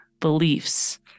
beliefs